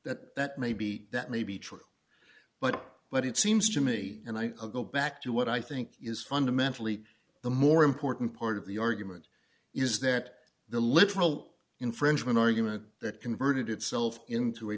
that that may be that may be true but but it seems to me and i'll go back to what i think is fundamentally the more important part of the argument is that the literal infringement argument that converted itself into a